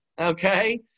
okay